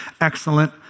excellent